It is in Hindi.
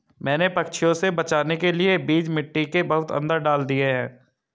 मैंने पंछियों से बचाने के लिए बीज मिट्टी के बहुत अंदर डाल दिए हैं